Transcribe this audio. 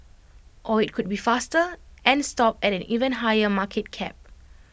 or IT could be faster and stop at an even higher market cap